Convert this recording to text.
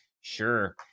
Sure